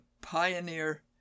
pioneer